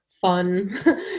fun